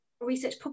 research